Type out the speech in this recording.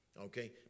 Okay